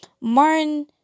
Martin